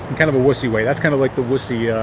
kind of a wussy way. thatis kind of like the wussyo